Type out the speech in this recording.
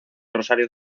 rosario